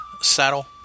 saddle